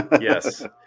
Yes